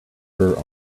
her